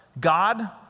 God